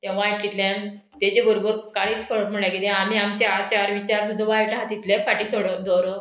तें वायट तितल्यान तेजे बरोबर कारीट फोडप म्हणल्यार किदें आमी आमचे आरचार विचार सुद्दां वायट आहा तितले फाटी सोडप दवरप